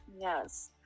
Yes